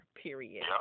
period